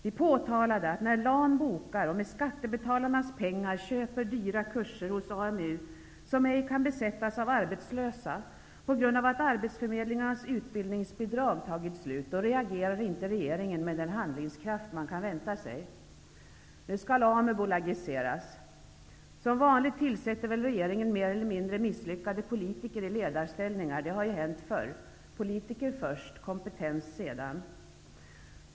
Vi påtalade, att när LAN bokar och med skattebetalarnas pengar köper dyra kurser hos AMU som ej kan besättas av arbetslösa på grund av att arbetsförmedlingarnas utbildningsbidrag tagit slut, då reagerar inte regeringen med den handlingskraft man kan vänta sig. Nu skall AMU bolagiseras. Som vanligt tillsätter väl regeringen mer eller mindre misslyckade politiker i ledarställningar. Det har ju hänt förr. Politiker först -- kompetens sedan.